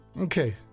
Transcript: Okay